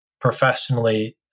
professionally